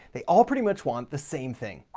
they all pretty much want the same thing.